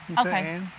Okay